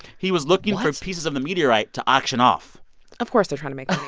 he was looking for pieces of the meteorite to auction off of course, they're trying to make money.